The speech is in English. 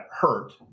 hurt